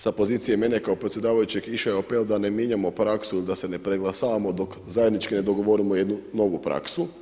Sa pozicije mene kao predsjedavajućeg išao je apel da ne mijenjamo praksu da se ne preglasavamo dok zajednički ne dogovorimo jednu novu praksu.